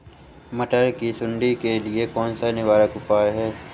मटर की सुंडी के लिए कौन सा निवारक उपाय है?